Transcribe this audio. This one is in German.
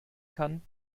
kann